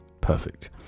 perfect